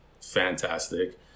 fantastic